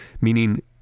meaning